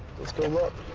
let's go look.